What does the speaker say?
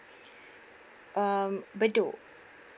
um bedok